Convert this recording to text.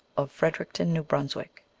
of freder icton, new brunswick.